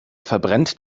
verbrennt